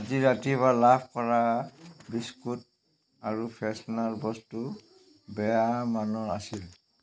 আজি ৰাতিপুৱা লাভ কৰা বিস্কুট আৰু ফ্ৰেছনাৰ বস্তু বেয়া মানৰ আছিল